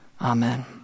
Amen